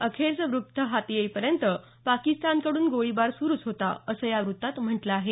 अखेरचं वृत्त हाती येईपर्यंत पाकिस्तानकडून गोळीबार सुरूच होता असं यावृत्तात म्हटलं आहे